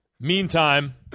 Meantime